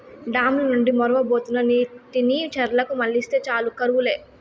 dam ల నుండి మొరవబోతున్న నీటిని చెర్లకు మల్లిస్తే చాలు కరువు లే